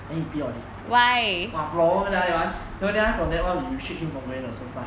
then he pee on it !wah! problem die ya no then from then on we restrict him from going to sofa